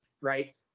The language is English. Right